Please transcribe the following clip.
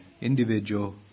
individual